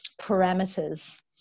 parameters